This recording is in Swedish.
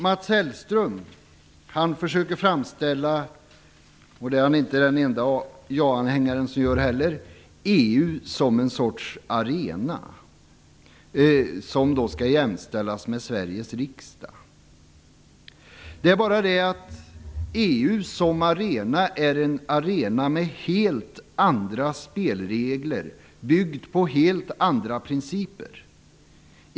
Mats Hellström försöker framställa EU, vilket han inte än den enda ja-anhängaren som gör, som en sorts arena som skall jämställas med Sveriges riksdag. Men EU är en arena med helt andra spelregler, byggd på helt andra principer.